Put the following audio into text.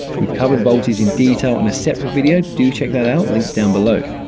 we've covered voltage in detail in a separate video. do check that out, link's down below.